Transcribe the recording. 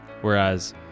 whereas